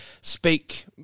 speak